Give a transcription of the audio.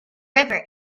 river